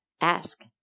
ask